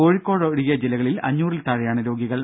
കോഴിക്കോട് ഒഴികെ ജില്ലകളിൽ അഞ്ഞൂറിൽ താഴെയാണ് രോഗികൾ